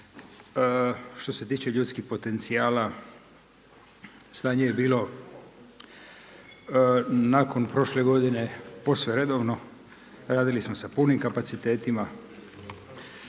Što se tiče ljudskih potencijala stanje je bilo nakon prošle godine posve redovno. Radili smo sa punim kapacitetima.